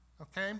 okay